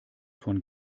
von